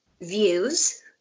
views